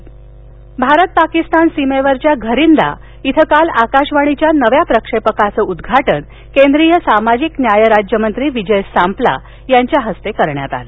प्रक्षेपक भारत पाकिस्तान सिमेवरच्या घरिन्डा इथं काल आकाशवाणीच्या नव्या प्रक्षेपकाचं उद्दघाटन केन्द्रीय सामाजिक न्याय राज्यमंत्री विजय सांपला यांच्या हस्ते करण्यात आलं